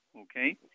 okay